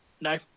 No